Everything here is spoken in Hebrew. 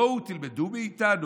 בואו תלמדו מאיתנו'.